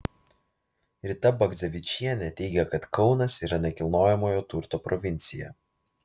rita bagdzevičienė teigia kad kaunas yra nekilnojamojo turto provincija